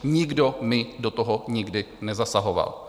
Nikdo mi do toho nikdy nezasahoval.